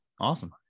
Awesome